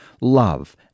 love